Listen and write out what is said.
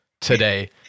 today